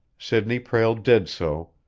sidney prale did so,